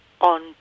on